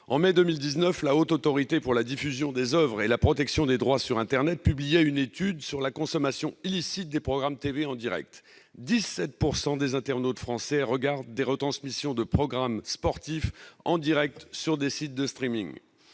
En mai 2019, la Haute Autorité pour la diffusion des oeuvres et la protection des droits sur internet publiait une étude sur la consommation illicite de programmes télévisés en direct : 17 % des internautes français regardent des retransmissions de programmes sportifs en direct sur des sites de.